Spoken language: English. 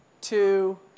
two